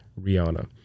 Rihanna